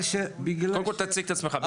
קודם כל תציג את עצמך.